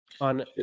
on